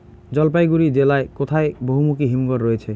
জলপাইগুড়ি জেলায় কোথায় বহুমুখী হিমঘর রয়েছে?